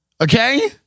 Okay